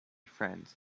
friends